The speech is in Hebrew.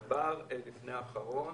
דבר לפני האחרון,